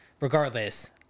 regardless